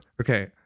okay